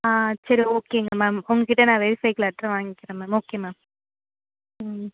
ஆ சரி ஓகேங்க ma'am ma'am உங்கக்கிட்டே நான் வெரிஃபைக்கு லெட்ரு வாங்கிக்கிறேன் மேம் ஓகே மேம் ம்